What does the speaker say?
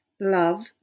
love